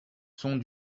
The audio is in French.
sont